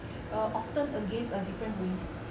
are often against a different race